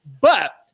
but-